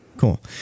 Cool